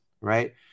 right